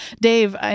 Dave